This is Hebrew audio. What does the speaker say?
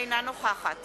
אינה נוכחת